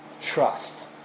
trust